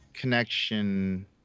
connection